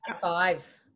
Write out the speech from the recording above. five